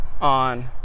On